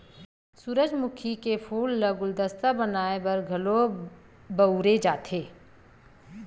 सूरजमुखी के फूल ल गुलदस्ता बनाय बर घलो बउरे जाथे